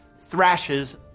thrashes